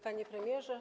Panie Premierze!